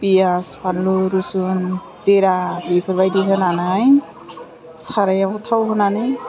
पियास फानलु रुसुन जेरा बेफोरबायदि होनानै साराइयाव थाव होनानै